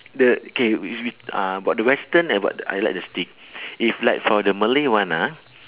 the K we we ah got the western I got the I like the steak if like for the malay one ah